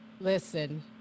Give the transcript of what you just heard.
listen